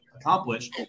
accomplish